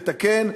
לתקן.